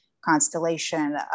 constellation